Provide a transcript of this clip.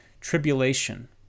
tribulation